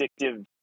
addictive